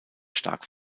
stark